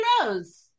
Rose